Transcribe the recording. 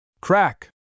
Crack